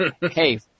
Hey